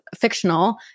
fictional